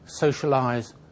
socialise